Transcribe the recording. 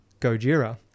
Gojira